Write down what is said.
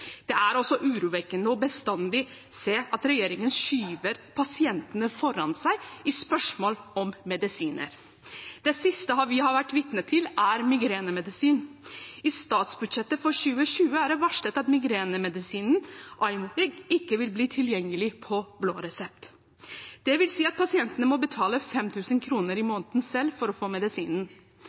Det er også urovekkende å se at regjeringen bestandig skyver pasientene foran seg i spørsmål om medisiner. Det siste vi var vitne til, er migrenemedisin. I statsbudsjettet for 2020 er det varslet at migrenemedisinen Aimovig ikke vil bli tilgjengelig på blå resept. Det vil si at pasientene selv må betale 5 000 kr i måneden for å få medisinen.